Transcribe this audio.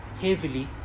heavily